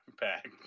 back